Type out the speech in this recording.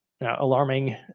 alarming